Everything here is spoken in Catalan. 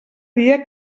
dia